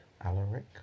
Alaric